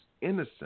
innocent